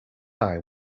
eye